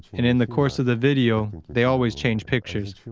and in the course of the video, they always change pictures.